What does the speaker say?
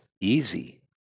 easy